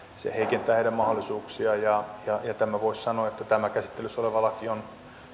se heikentää heidän mahdollisuuksiaan ja voisi sanoa että tämä käsittelyssä oleva laki on